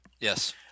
Yes